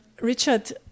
Richard